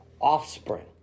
offspring